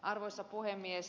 arvoisa puhemies